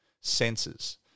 senses